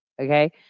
okay